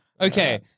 Okay